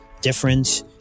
different